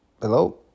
Hello